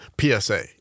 PSA